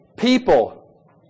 People